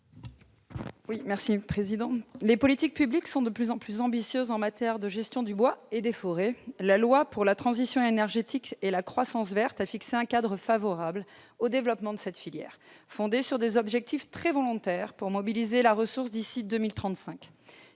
Les politiques publiques sont de plus en plus ambitieuses en matière de gestion du bois et des forêts. La loi relative à la transition énergétique pour la croissance verte a fixé un cadre favorable au développement de cette filière fondé sur des objectifs très volontaires pour mobiliser la ressource d'ici à 2035.